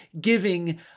giving